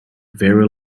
very